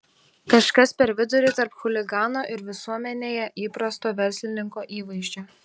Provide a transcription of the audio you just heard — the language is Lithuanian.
kažkas per vidurį tarp chuligano ir visuomenėje įprasto verslininko įvaizdžio